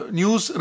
news